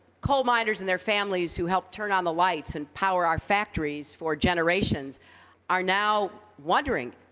coal miners and their families who helped turn on the lights and power our factories for generations are now wondering,